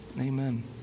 Amen